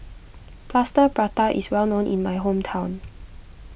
Plaster Prata is well known in my hometown